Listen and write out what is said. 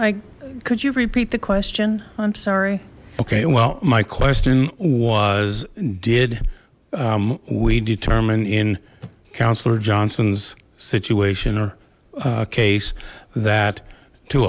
like could you repeat the question i'm sorry okay well my question was and did we determine in councilor johnson's situation or a case that to